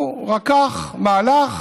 רקח מהלך